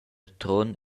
trun